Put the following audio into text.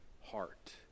heart